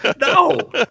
No